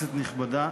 כנסת נכבדה,